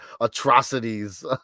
atrocities